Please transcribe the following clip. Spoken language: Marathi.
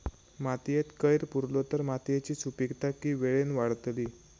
मातयेत कैर पुरलो तर मातयेची सुपीकता की वेळेन वाडतली?